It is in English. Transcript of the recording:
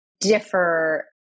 differ